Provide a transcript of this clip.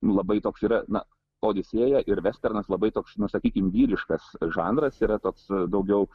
labai toks yra na odisėja ir vesternas labai toks na sakykime vyriškas žanras yra toks daugiau